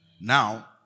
Now